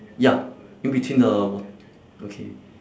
ya in between the w~ okay